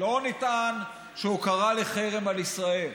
לא נטען שהוא קרא לחרם על ישראל.